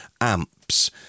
amps